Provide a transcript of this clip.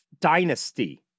dynasty